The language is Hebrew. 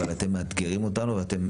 אבל אתם מאתגרים אותנו ואתם,